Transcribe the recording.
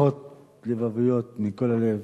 לבביות מכל הלב